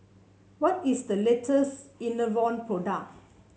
what is the laters Enervon product